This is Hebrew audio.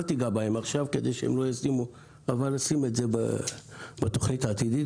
אל תיגע בהם עכשיו אבל שים את זה בתוכנית העתידית,